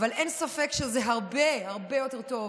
אבל אין ספק שזה הרבה הרבה יותר טוב